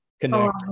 Connect